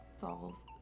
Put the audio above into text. solve